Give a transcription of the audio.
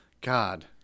God